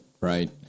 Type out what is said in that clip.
right